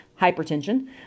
hypertension